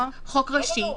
חוק ראשי.